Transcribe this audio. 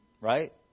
Right